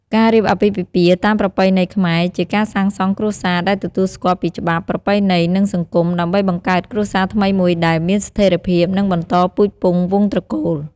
ការរៀបអាពាហ៍ពិពាហ៍តាមប្រពៃណីខ្មែរជាការសាងសង់គ្រួសារដែលទទួលស្គាល់ពីច្បាប់ ប្រពៃណី និងសង្គម ដើម្បីបង្កើតគ្រួសារថ្មីមួយដែល មានស្ថេរភាព និងបន្តពូជពង្សវង្សត្រកូល។